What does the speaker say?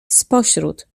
spośród